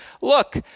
look